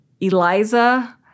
Eliza